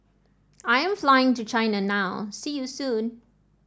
I am flying to China now See you soon